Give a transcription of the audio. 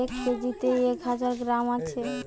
এক কেজিতে এক হাজার গ্রাম আছে